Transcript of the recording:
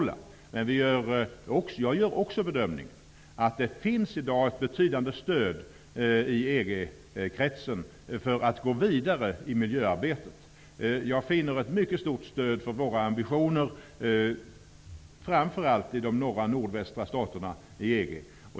Men jag gör också den bedömningen att det i dag finns ett betydande stöd i EG-kretsen för tanken att gå vidare i miljöarbetet. Jag finner ett mycket stort stöd för våra ambitioner, framför allt i de norra och nordvästra staterna i EG.